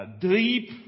deep